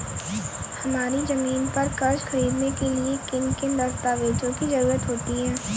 हमारी ज़मीन पर कर्ज ख़रीदने के लिए किन किन दस्तावेजों की जरूरत होती है?